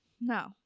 No